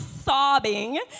sobbing